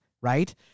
right